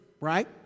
right